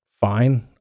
fine